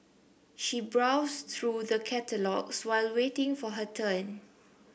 she browsed through the catalogues while waiting for her turn